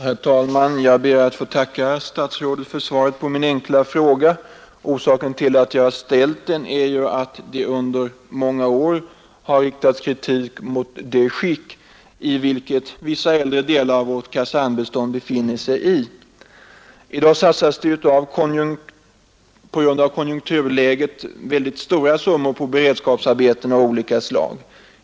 Herr talman! Jag ber att få tacka statsrädet för svaret på min enkla fråga. Orsaken till att jag ställde den är att det under många är har riktats kritik mot det skick i vilket vissa äldre delar av vårt kasernbestånd befinner sig. I dag satsas det på grund av konjunkturläget mycket stora summor på beredskapsarbeten av olika slag.